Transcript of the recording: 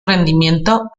rendimiento